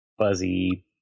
fuzzy